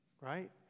right